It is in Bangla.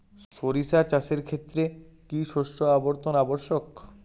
সরিষা চাষের ক্ষেত্রে কি শস্য আবর্তন আবশ্যক?